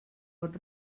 pot